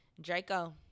Draco